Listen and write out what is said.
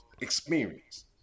experience